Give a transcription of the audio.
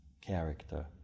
character